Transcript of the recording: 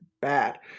bad